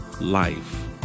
life